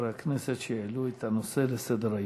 לחברי הכנסת שהעלו את הנושא לסדר-היום.